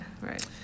right